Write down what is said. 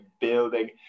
building